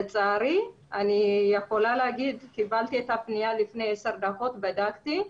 לצערי, קיבלתי את הפנייה לפני עשר דקות ובדקתי.